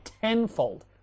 tenfold